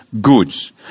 goods